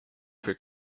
for